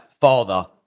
father